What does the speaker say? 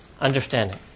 Understanding